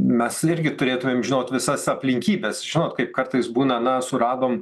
mes irgi turėtumėm žinot visas aplinkybes žinot kaip kartais būna na suradom